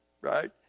right